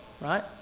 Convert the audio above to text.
right